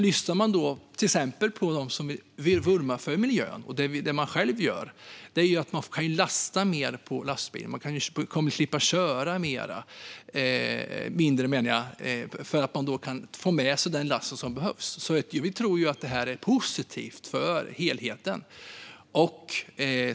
Lyssnar man på dem som vurmar för miljön säger de att man kan lasta mer på dessa stora lastbilar och därför kommer att slippa köra med mindre bilar. De stora lastbilarna får med sig en större last. Vi tror därför att detta är positivt för helheten.